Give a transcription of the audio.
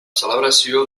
celebració